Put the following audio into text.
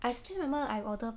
I still remember I order